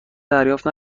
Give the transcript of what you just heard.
دریافت